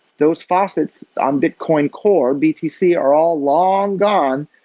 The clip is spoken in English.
those faucets on bitcoin core, btc are all long gone,